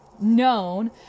Known